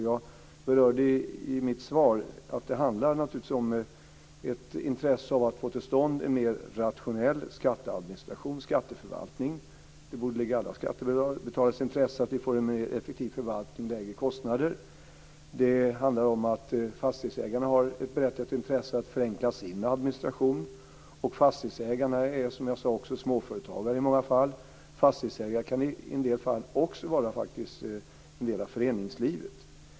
Jag berörde i mitt svar att det naturligtvis handlar om ett intresse av att få till stånd en mer rationell skatteadministration och skatteförvaltning. Det borde ligga i alla skattebetalares intresse att vi får en effektiv förvaltning och lägre kostnader. Det handlar om att fastighetsägarna har ett berättigat intresse av att förenkla sin administration. Fastighetsägarna är, som jag sade, också småföretagare i många fall. Fastighetsägare kan i en del fall också vara en del av föreningslivet.